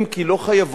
אם כי לא חייבות,